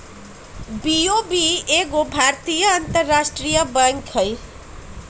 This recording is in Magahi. बी.ओ.बी एगो भारतीय अंतरराष्ट्रीय बैंक हइ